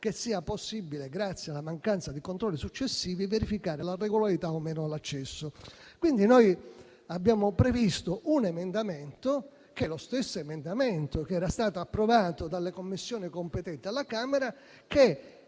che sia possibile, per via della mancanza di controlli successivi, verificare la regolarità dell'accesso. Quindi, abbiamo previsto un emendamento, che è lo stesso che era stato approvato dalla Commissione competente alla Camera,